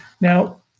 Now